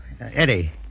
Eddie